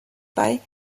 bei